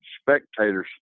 spectators